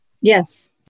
Yes